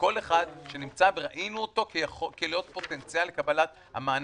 לכל אחד שנמצא וראינו אותו כבעל פוטנציאל לקבל מענק.